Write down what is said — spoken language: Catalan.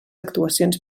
actuacions